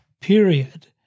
period